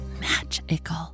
magical